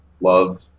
love